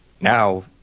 Now